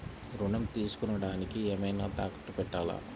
ఋణం తీసుకొనుటానికి ఏమైనా తాకట్టు పెట్టాలా?